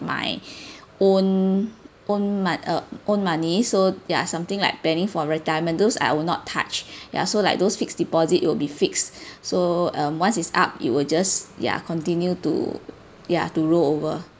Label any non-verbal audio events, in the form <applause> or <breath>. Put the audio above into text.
my <breath> own own mo~ uh own money so ya something like planning for retirement those I will not touch <breath> ya so like those fixed deposit it will be fixed <breath> so um once it's up it will just ya continue to ya to roll over